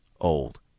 old